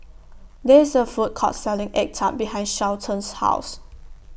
There IS A Food Court Selling Egg Tart behind Shelton's House